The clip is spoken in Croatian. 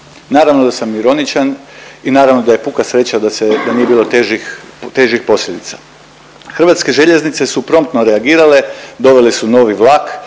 Naravno da sam ironičan i naravno da je puka sreća da nije bilo težih posljedica. Hrvatske željeznice su promptno reagirale, dovele su novi vlak